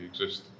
exist